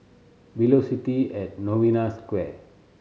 Velocity at Novena Square